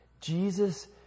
Jesus